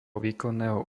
výkonného